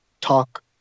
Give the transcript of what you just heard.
talk